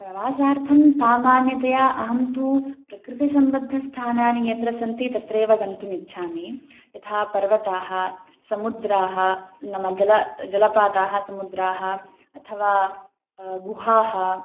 प्रवासार्थं सामान्यतया अहं तु प्रकृतिसम्बद्धस्थानानि यत्र सन्ति तत्रेव गन्तुमिच्छामि यथा पर्वताः समुद्राः नाम जलं जलपाताः समुद्राः अथवा गुहाः